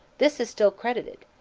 this is still credited.